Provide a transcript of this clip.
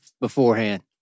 beforehand